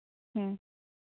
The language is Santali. ᱦᱮᱸ